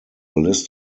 list